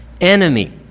enemy